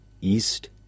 East